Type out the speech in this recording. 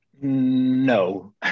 No